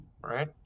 Right